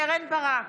קרן ברק,